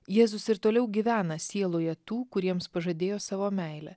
jėzus ir toliau gyvena sieloje tų kuriems pažadėjo savo meilę